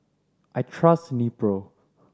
I trust Nepro